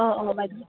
অঁ অঁ বাইদেউ